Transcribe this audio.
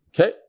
Okay